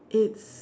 it's